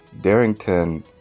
Darrington